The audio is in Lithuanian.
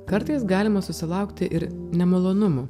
kartais galima susilaukti ir nemalonumų